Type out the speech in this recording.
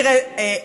תראה,